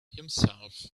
himself